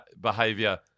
behavior